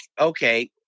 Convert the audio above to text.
okay